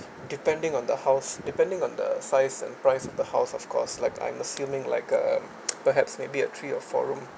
depending on the house depending on the size and price of the house of course like I'm assuming like uh perhaps maybe a three or four room